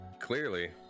Clearly